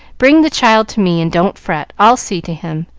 bring the child to me, and don't fret. i'll see to him,